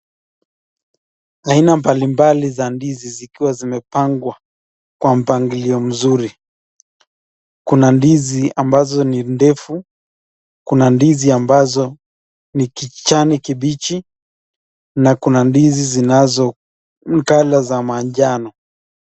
Aina mbalimbali za ndizi zikiwa zimepangwa kwa mpangilio mzuri. Kuna ndizi ambazo ni ndefu, kuna ndizi ambazo ni kijani kibichi na kuna ndizi zinazokola za manjano.